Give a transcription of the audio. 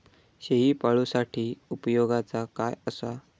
शेळीपाळूसाठी उपयोगाचा काय असा?